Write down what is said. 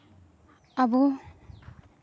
ᱟᱵᱚ